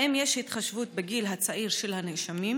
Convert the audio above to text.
3. האם יש התחשבות בגיל הצעיר של הנאשמים?